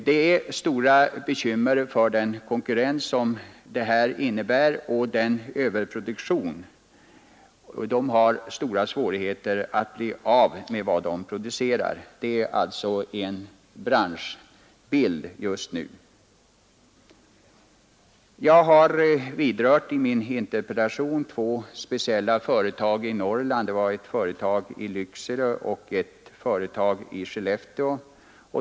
De är bekymrade för den konkurrens det innebär och den överproduktion det medför. De har stora svårigheter att bli av med vad de producerar. Detta är en branschbild just nu. Jag har i min interpellation berört två speciella företag i Norrland, ett i Lycksele och ett i Skellefteå.